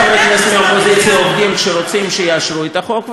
חברי כנסת מהאופוזיציה עובדים כשהם רוצים שיאשרו את החוק,